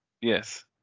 Yes